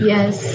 Yes